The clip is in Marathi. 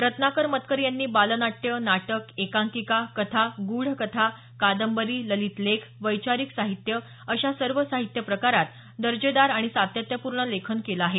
रत्नाकर मतकरी यांनी बालनाट्य नाटक एकांकिका कथा गूढकथा कांदबरी ललित लेख वैचारिक साहित्य अशा सर्व साहित्य प्रकारांत दर्जेदार आणि सातत्यपूर्ण लेखन केलं आहे